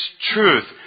truth